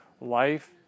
life